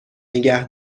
نگه